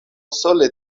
sole